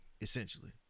essentially